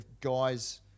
guys